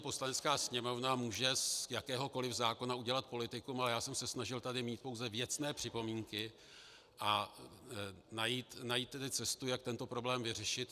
Poslanecká sněmovna může z jakéhokoliv zákona udělat politikum, ale já jsem se snažil tady mít pouze věcné připomínky a najít cestu, jak tento problém vyřešit.